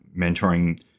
mentoring